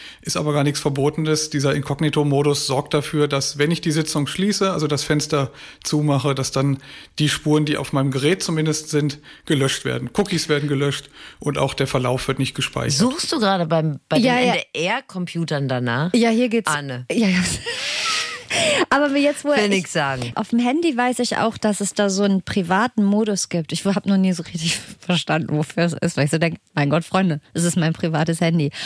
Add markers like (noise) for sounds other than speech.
Ist aber gar nichts Verbotenes. Dieser Inkognito-Modus sorgt dafür, dass, wenn ich die Sitzung schließe, also das Fenster zumache, dass dann die Spuren, die auf meinem Gerät zumindest sind, gelöscht werden. Cookies werden gelöscht und auch der Verlauf wird nicht gespeichert. Suchst du gerade beim- bei den Ja, ja. NDR Computern danach? Ja, hier geht's- Anne. Ja, ja. (laughs) Aber mir jetzt wo- Will nichts sagen. ich- auf dem Handy weiß ich auch, dass es da so einen privaten Modus gibt. Ich hab noch nie so richtig (laughs) verstanden, wofür es ist, weil ich so denk, mein Gott, Freunde, es ist mein privates Handy.